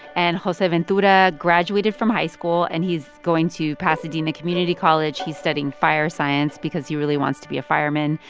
and joseventura graduated from high school, and he's going to pasadena community college. he's studying fire science because he really wants to be a fireman.